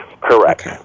Correct